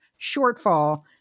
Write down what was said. shortfall